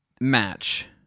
match